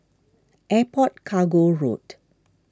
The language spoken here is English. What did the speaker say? Airport Cargo Road